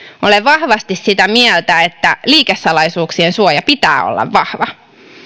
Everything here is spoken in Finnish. olen vahvasti sitä mieltä että liikesalaisuuksien suojan pitää olla vahva